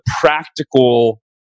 practical